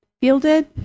fielded